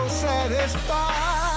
satisfied